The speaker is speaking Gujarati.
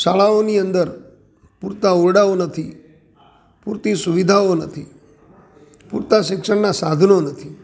શાળાઓની અંદર પૂરતા ઓરડાઓ નથી પૂરતી સુવિધાઓ નથી પૂરતા શિક્ષણનાં સાધનો નથી